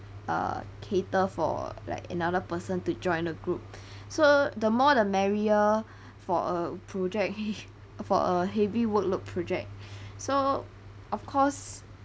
uh cater for like another person to join the group so the more the merrier for a project for a heavy workload project so of course